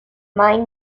mine